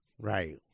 Right